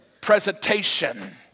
presentation